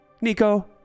Nico